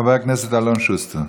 חבר הכנסת אלון שוסטר.